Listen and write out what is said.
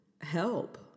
Help